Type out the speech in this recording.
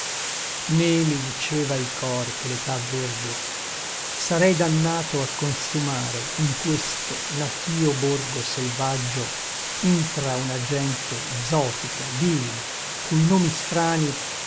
né mi diceva il cor che l'età verde sarei dannato a consumare in questo natio borgo selvaggio intra una gente zotica vil cui nomi strani